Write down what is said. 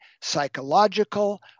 psychological